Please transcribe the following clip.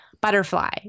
Butterfly